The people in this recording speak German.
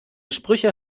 sprüche